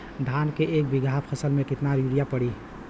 धान के एक बिघा फसल मे कितना यूरिया पड़ी?